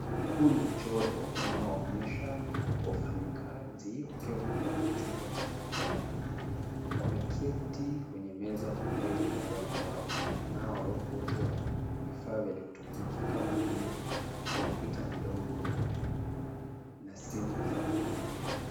Huu ni mchoro unaoonyesha wafanyikazi wakiwa kwenye chumba cha mkutano. Wameketi kwenye meza iliyotengenezwa na mbao, nao wote wana vifaa vya elektroniki kama vile kompyuta ndogo na simu za mkononi.